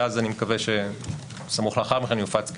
ואז אני מקווה שסמוך לאחר מכן יופץ תזכיר.